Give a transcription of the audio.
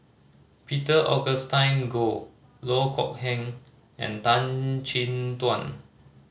Peter Augustine Goh Loh Kok Heng and Tan Chin Tuan